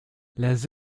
les